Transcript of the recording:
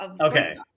Okay